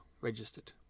registered